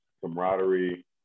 camaraderie